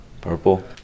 purple